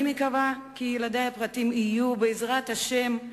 אני מקווה כי ילדי הפרטיים יהיו, בעזרת השם,